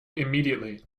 immediately